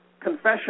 confession